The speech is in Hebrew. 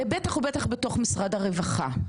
ובטח ובטח בתוך משרד הרווחה.